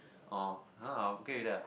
orh !huh! okay already ah